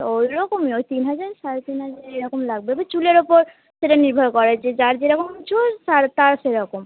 ওই রকমই ওই তিন হাজার সাড়ে তিন হাজার এই রকম লাগবে এবার চুলের ওপর সেটা নির্ভর করে যে যার যেরকম চুল তার তার সেরকম